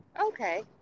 Okay